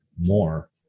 more